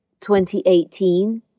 2018